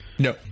no